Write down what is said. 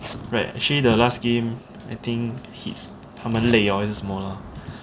right actually the last game I think heats 他们累了还是什么 lah